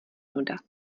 nuda